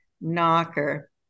knocker